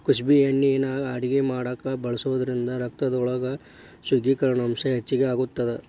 ಕುಸಬಿ ಎಣ್ಣಿನಾ ಅಡಗಿ ಮಾಡಾಕ ಬಳಸೋದ್ರಿಂದ ರಕ್ತದೊಳಗ ಶುಗರಿನಂಶ ಹೆಚ್ಚಿಗಿ ಆಗತ್ತದ